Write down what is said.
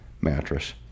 mattress